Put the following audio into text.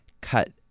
cut